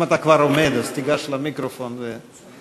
אם אתה כבר עומד אז תיגש למיקרופון ותתחיל.